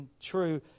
true